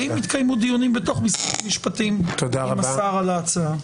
האם התקיימו דיונים בתוך משרד המשפטים עם השר על ההצעה?